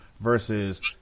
versus